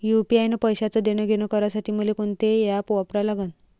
UPI न पैशाचं देणंघेणं करासाठी मले कोनते ॲप वापरा लागन?